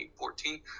2014